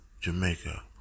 Jamaica